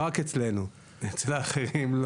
אבל רק אצלנו ולא אצל אחרים.